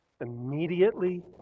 immediately